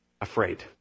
afraid